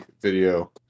video